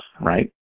Right